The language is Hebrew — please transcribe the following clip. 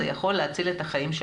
זה יכול להציל את החיים שלכם.